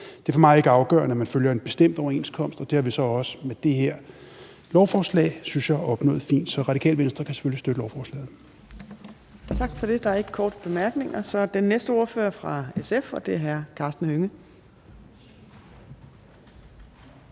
Det er for mig ikke afgørende, at man følger en bestemt overenskomst, og det har vi så også med det her lovforslag, synes jeg, opnået fint. Så Radikale Venstre kan selvfølgelig